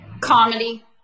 Comedy